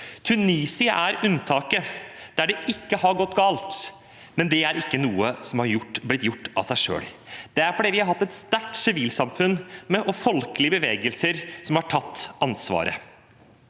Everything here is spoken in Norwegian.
Tunisia er unntaket der det ikke har gått galt, men det er ikke noe som har skjedd av seg selv. Det er fordi de har hatt et sterkt sivilsamfunn og folkelige bevegelser som har tatt ansvaret.